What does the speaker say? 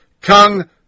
Kung